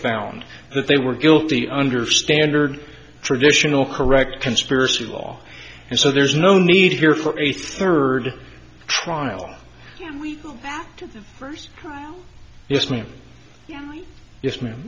found that they were guilty under standard traditional correct conspiracy law and so there's no need here for a third trial we did yes ma'am yes ma'am